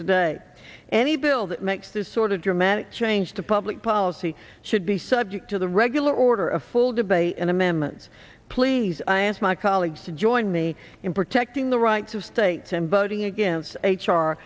today any bill that makes this sort of dramatic change to public policy should be subject to the regular order a full debate and amendments please i ask my colleagues to join me in protecting the rights of states and boating against h